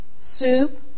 soup